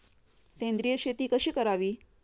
सेंद्रिय शेती कशी करावी?